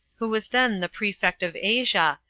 who was then the prefect of asia,